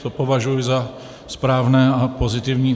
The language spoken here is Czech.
To považuji za správné a pozitivní.